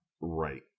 Right